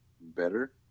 better